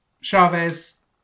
Chavez